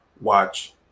watch